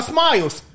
Smiles